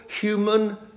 human